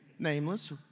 nameless